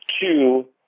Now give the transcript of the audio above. Two